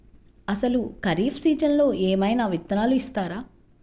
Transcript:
అసలు ఖరీఫ్ సీజన్లో ఏమయినా విత్తనాలు ఇస్తారా?